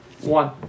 One